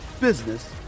business